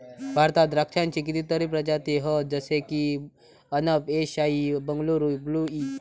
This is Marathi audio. भारतात द्राक्षांची कितीतरी प्रजाती हत जशे की अनब ए शाही, बंगलूर ब्लू ई